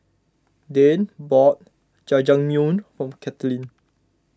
Dayne bought Jajangmyeon for Katlyn